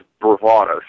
bravado